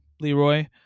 Leroy